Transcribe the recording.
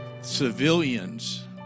civilians